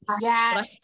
Yes